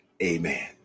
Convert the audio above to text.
amen